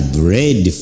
bread